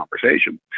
conversation